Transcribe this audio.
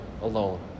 alone